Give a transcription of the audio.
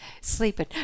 sleeping